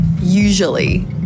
usually